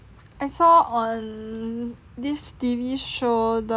I saw on this T_V show the